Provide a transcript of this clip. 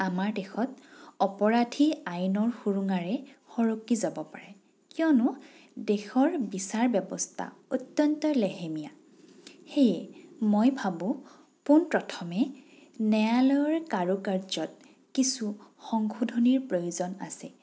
আমাৰ দেশত অপৰাধী আইনৰ সুৰুঙাৰে সৰকি যাব পাৰে কিয়নো দেশৰ বিচাৰ ব্যৱস্থা অত্যন্তই লেহেমীয়া সেয়ে মই ভাবোঁ পোন প্ৰথমে ন্যায়ালয়ৰ কাৰুকাৰ্যত কিছু সংশোধনীৰ প্ৰয়োজন আছে